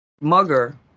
mugger